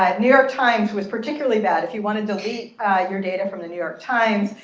um new york times was particularly bad. if you want to delete your data from the new york times,